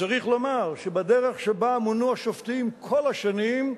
וצריך לומר שבדרך שבה מונו השופטים כל השנים,